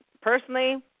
personally